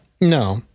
No